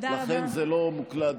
לכן זה עדיין לא מוקלד.